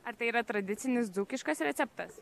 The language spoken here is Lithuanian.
ar tai yra tradicinis dzūkiškas receptas